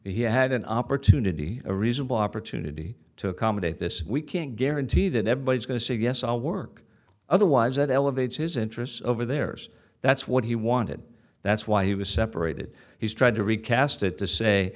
he had an opportunity a reasonable opportunity to accommodate this we can't guarantee that everybody is going to say yes i'll work otherwise that elevates his interests over theirs that's what he wanted that's why he was separated he's tried to recast it to say